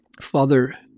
Father